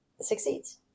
succeeds